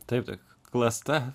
taip tai klasta